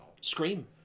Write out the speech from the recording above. Scream